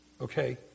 Okay